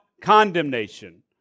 condemnation